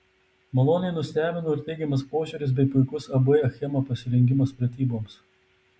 maloniai nustebino ir teigiamas požiūris bei puikus ab achema pasirengimas pratyboms